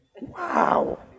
wow